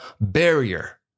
barrier